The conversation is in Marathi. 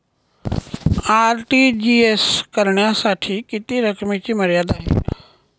आर.टी.जी.एस करण्यासाठी किती रकमेची मर्यादा आहे?